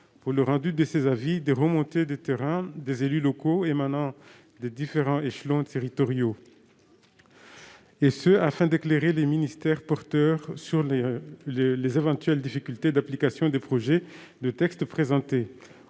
pour le rendu de ses avis des remontées de terrain des élus locaux émanant des différents échelons territoriaux, et ce afin d'éclairer les ministères porteurs sur les éventuelles difficultés d'application des projets de texte présentés.